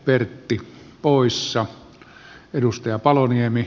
pertti poissa edustaja paloniemi